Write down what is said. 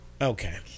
Okay